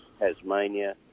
Tasmania